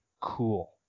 cool